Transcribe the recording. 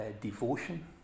devotion